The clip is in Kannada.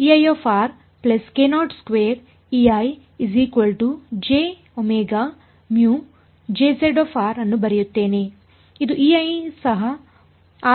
ಇದು ಸಹ